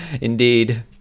Indeed